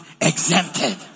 Exempted